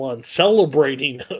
Celebrating